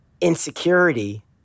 insecurity